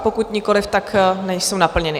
Pokud nikoliv, tak nejsou naplněny.